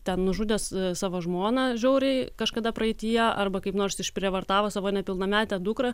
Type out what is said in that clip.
ten nužudęs savo žmoną žiauriai kažkada praeityje arba kaip nors išprievartavo savo nepilnametę dukrą